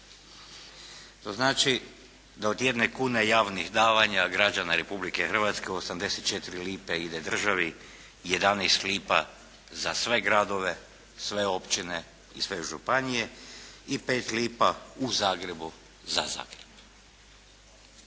To znači da od jedne kune javnih davanja građana Republike Hrvatske 84 lipe ide državi, 11 lipa za sve gradove, sve općine i sve županije i 5 lipa u Zagrebu za Zagreb.